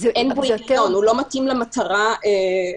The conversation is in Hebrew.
הוא לא מתאים למטרה.